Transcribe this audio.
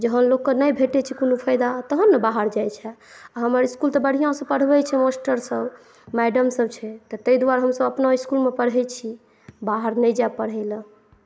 जहन लोकके नहि भेटै छै कोनो फ़ायदा तहन ने बाहर जाइ छै हमर इसकुल तऽ बढ़िआँसॅं पढ़बै छै मास्टरसभ मैडमसभ छै आ तैं दुआरे हमसभ अपना इसकुलमे पढ़ै छी बाहर नहि जायब पढ़य लए